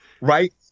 right